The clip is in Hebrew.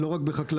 לא רק בחקלאות.